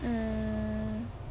hmm